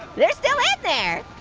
they're still in there.